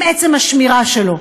עם עצם השמירה שלו.